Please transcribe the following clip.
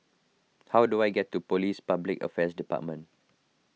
how do I get to Police Public Affairs Department